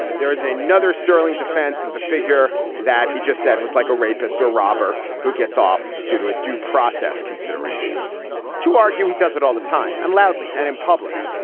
there is a another sterling defense of the figure that he just said was like a rapist or robber who gets off due to a due process consideration to argue he does it all the time and loudly and in public.